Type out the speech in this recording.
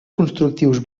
constructius